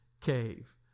cave